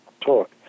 talk